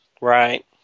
Right